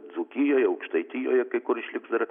dzūkijoje aukštaitijoje kai kur išliks dar